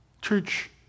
Church